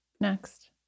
next